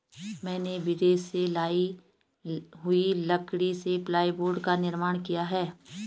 मैंने विदेश से लाई हुई लकड़ी से प्लाईवुड का निर्माण किया है